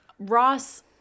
Ross